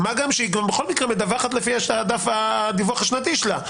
מה גם שהיא בכל מקרה מדווחת לפי הדיווח השנתי שלה.